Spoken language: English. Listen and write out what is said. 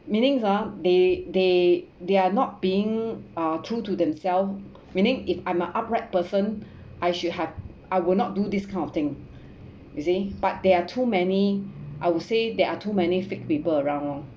meaning ah they they they are not being uh true to themselves meaning if I'm an upright person I should have I will not do this kind of thing you see but there are too many I would say there are too many fake people around lor